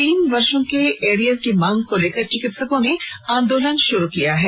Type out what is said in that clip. तीन सालों के एरियर की मांग को लेकर चिकित्सकों ने आंदोलन शुरू किया है